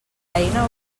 eina